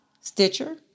Stitcher